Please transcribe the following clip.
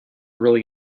really